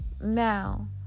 Now